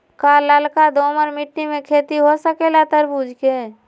का लालका दोमर मिट्टी में खेती हो सकेला तरबूज के?